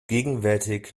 gegenwärtig